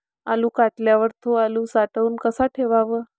आलू काढल्यावर थो आलू साठवून कसा ठेवाव?